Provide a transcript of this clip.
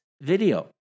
video